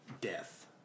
death